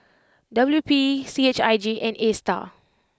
W P C H I J and Astar